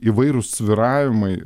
įvairūs svyravimai